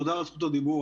תודה על זכות הדיבור.